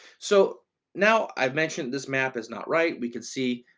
so now i've mentioned this map is not right, we can see,